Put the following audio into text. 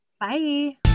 Bye